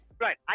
Right